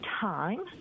time